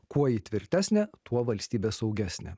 kuo ji tvirtesnė tuo valstybė saugesnė